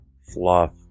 fluff